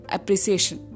Appreciation